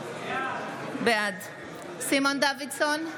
בעד סימון דוידסון,